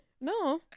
no